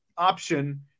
option